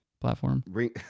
Platform